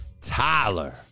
Tyler